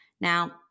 Now